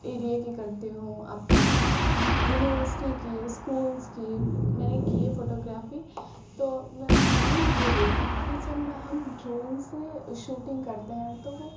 ایریے کی کرتی ہوں اپنے یونیورسٹی کی اسکولس کی میں نے کی ہے فوٹو گرافی تو میں میں نے یہ دیکھا کہ جب میں ہم ڈرون سے شوٹنگ کرتے ہیں تو وہ